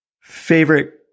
favorite